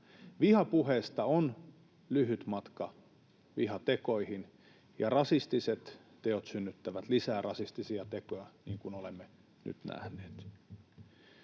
Vihapuheesta on lyhyt matka vihatekoihin, ja rasistiset teot synnyttävät lisää rasistisia tekoja, niin kuin olemme nyt nähneet.